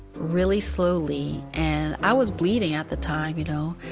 really slowly. and i was bleeding at the time, you know,